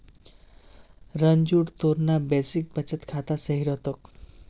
रंजूर तोर ना बेसिक बचत खाता सही रह तोक